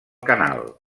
canal